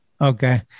okay